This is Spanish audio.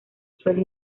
suelo